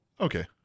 Okay